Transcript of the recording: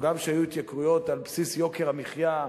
או גם כשהיו התייקרויות על בסיס יוקר המחיה,